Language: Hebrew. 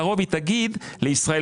לרוב היא תגיד לישראל,